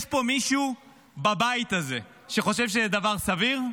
יש פה מישהו בבית הזה שחושב שזה דבר סביר?